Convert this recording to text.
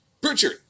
Pritchard